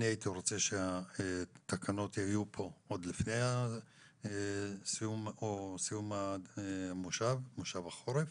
אני הייתי רוצה שהתקנות יהיו פה עוד לפני סיום מושב החורף,